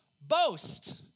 boast